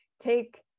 take